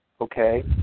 okay